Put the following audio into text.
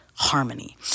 Harmony